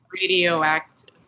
radioactive